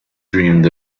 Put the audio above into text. dreamed